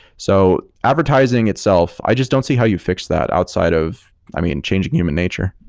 so advertising itself, i just don't see how you fix that outside of i mean, changing human nature.